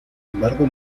embargo